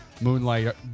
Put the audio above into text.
Moonlight